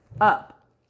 up